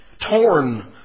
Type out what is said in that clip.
torn